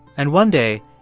and one day,